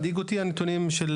מדאיגים אותי הנתונים של